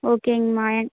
ஓகேங்க அம்மா